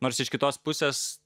nors iš kitos pusės